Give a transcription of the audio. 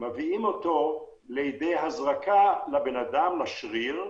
מביאים אותו לידי הזרקה לאדם, לשריר.